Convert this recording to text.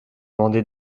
vendait